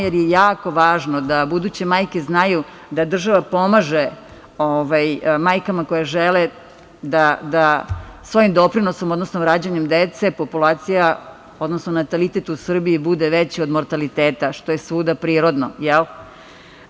Jer je jako važno da buduće majke znaju da država pomaže majkama koje žele da svojim doprinosom, odnosno rađanjem dece populacija, odnosno natalitet u Srbiji bude veći od mortaliteta, što je svuda prirodno, jel.